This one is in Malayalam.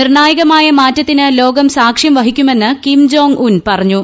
നിർണായകമായ മാറ്റത്തിന് ലോകം സാക്ഷ്യം വഹിക്കുമെന്ന് കിം ജോങ് ഉൻ പറഞ്ഞു